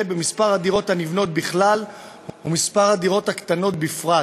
במספר הדירות הנבנות בכלל ובמספר הדירות הקטנות בפרט,